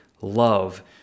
love